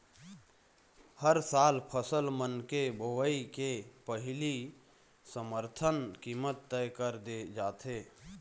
हर साल फसल मन के बोवई के पहिली समरथन कीमत तय कर दे जाथे